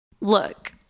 Look